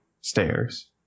stairs